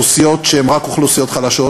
שהם רק לאוכלוסיות חלשות.